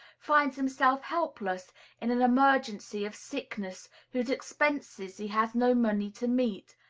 finds himself helpless in an emergency of sickness whose expenses he has no money to meet,